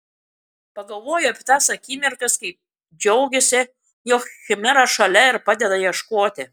pagalvojo apie tas akimirkas kai džiaugėsi jog chimera šalia ir padeda ieškoti